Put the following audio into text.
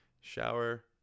shower